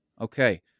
Okay